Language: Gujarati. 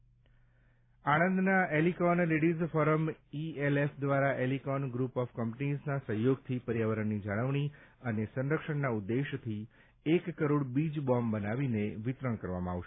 બીજ બોમ્બ આણંદના એલિકોન લેડીઝ ફોરમ ઈએલએફ દ્વારા એલિકોન ગ્ર્રપ ઓફ કંપનીઝના સહયોગથી પર્યાવરણની જાળવણી અને સંરક્ષણના ઉદ્દેશથી એક કરોડ બીજ બોમ્બ બનાવીને વિતરણ કરવામાં આવશે